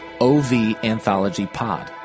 OVAnthologyPod